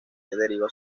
deriva